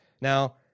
Now